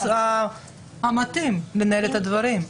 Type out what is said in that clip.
הגורם המתאים לנהל את הדברים.